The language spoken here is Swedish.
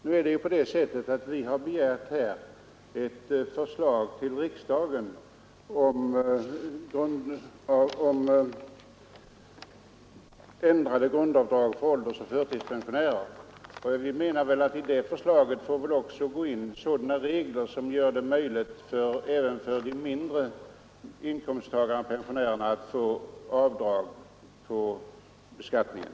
Nu är det emellertid på det sättet, att vi har begärt ett förslag till riksdagen om ändrade grundavdrag för åldersoch förtidspensionärer, och vi menar att i det förslaget bör ingå regler som gör det möjligt även för de lägre inkomsttagarna-pensionärerna att göra avdrag vid beskattningen.